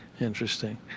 Interesting